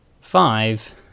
five